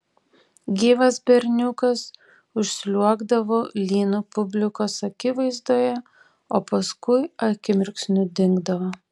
gyvas berniukas užsliuogdavo lynu publikos akivaizdoje o paskui akimirksniu dingdavo